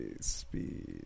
Speed